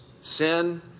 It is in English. sin